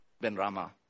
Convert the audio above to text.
Ben-Rama